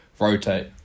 rotate